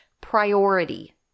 priority